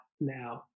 now